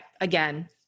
again